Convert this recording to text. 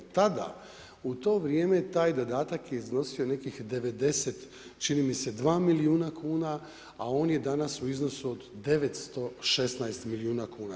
Tada, u to vrijeme, taj dodatak je iznosio nekih 90, čini mi se 2 milijuna kuna, a on je danas u iznosu od 916 milijuna kuna.